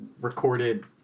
recorded